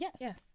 yes